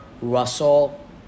Russell